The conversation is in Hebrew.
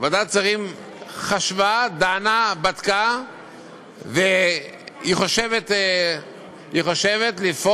השרים חשבה, דנה, בדקה והיא חושבת לפעול